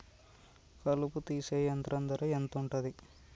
కలుపు తీసే యంత్రం ధర ఎంతుటది?